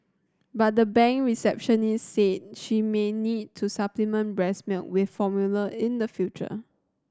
but the bank receptionist said she may need to supplement breast milk with formula in the future